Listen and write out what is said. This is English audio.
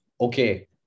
okay